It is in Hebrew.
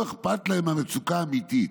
"לא אכפת להם מהמצוקה האמיתית.